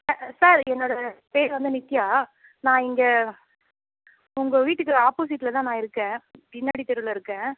sir என்னோட பேர் வந்து நித்யா நான் இங்கே உங்கள் வீட்டுக்கு ஆப்போசிட்டில் தான் நான் இருக்கேன் பின்னாடி தெருவில் இருக்கேன்